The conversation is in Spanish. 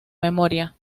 memoria